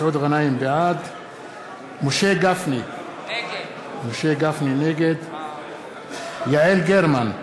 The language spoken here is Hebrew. בעד משה גפני, נגד יעל גרמן,